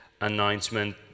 announcement